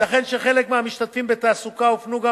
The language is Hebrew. ייתכן שחלק מהמשתתפים בתעסוקה הופנו גם